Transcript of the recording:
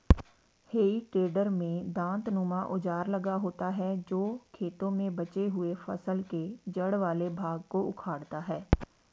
हेइ टेडर में दाँतनुमा औजार लगा होता है जो खेतों में बचे हुए फसल के जड़ वाले भाग को उखाड़ता है